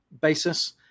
basis